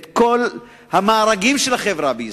את כל המארגים של החברה בישראל.